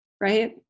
right